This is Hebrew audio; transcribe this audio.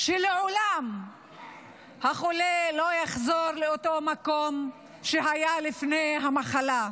שבהן החולה לא יחזור לעולם לאותו מקום שהוא היה בו לפני המחלה.